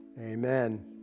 Amen